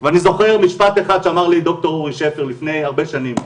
ואני זוכר משפט אחד שאמר לי ד"ר שפר לפני שנים,